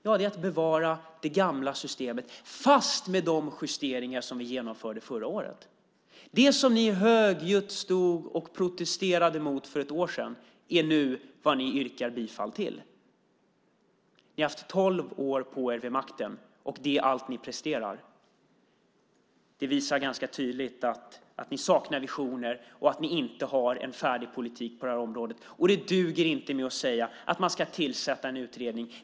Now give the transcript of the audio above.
Ja, att bevara det gamla systemet fast med de justeringar som vi genomförde förra året. Det som ni högljutt protesterade emot för ett år sedan är nu vad ni yrkar bifall till. Ni har haft tolv år på er vid makten, och det är allt ni presterar. Det visar ganska tydligt att ni saknar visioner och att ni inte har en färdig politik på det här området. Det duger inte med att säga att man ska tillsätta en utredning.